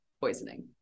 poisoning